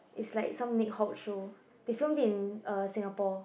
is like some Nick Hawk show they filmed it in uh Singapore